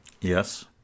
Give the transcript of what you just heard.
Yes